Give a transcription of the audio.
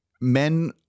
men